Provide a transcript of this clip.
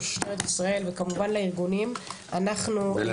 למשטרת ישראל וכמובן לארגונים והמועדונים,